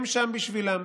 הם שם בשבילם,